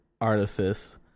artifice